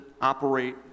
operate